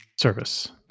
service